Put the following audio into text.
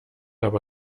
aber